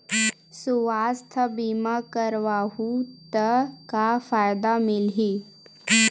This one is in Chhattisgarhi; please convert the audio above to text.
सुवास्थ बीमा करवाहू त का फ़ायदा मिलही?